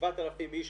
7,000 איש,